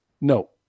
no